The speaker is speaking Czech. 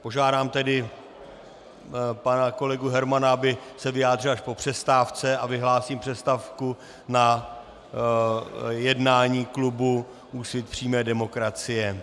Požádám tedy pana kolegu Hermana, aby se vyjádřil až po přestávce, a vyhlásím přestávku na jednání klubu Úsvit přímé demokracie.